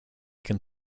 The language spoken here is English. can